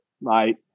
right